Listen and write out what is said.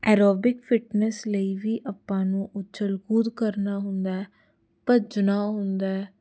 aerobic fitness ਲਈ ਵੀ ਆਪਾਂ ਨੂੰ ਉੱਛਲ ਕੂਦ ਕਰਨਾ ਹੁੰਦਾ ਭੱਜਣਾ ਹੁੰਦਾ